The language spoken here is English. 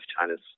China's